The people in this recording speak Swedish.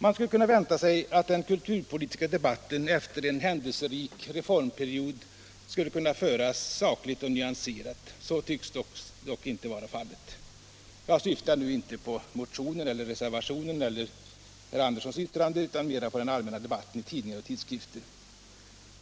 Man skulle kunna vänta sig att den kulturpolitiska debatten efter en händelserik reformperiod skulle kunna föras sakligt och nyanserat. Så tycks dock inte vara fallet. Jag syftar nu inte på motionen eller reservationen eller herr Anderssons yttrande utan mera på den allmänna debatten i tidningar och tidskrifter.